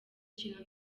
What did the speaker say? kintu